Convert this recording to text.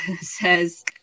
says